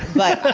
but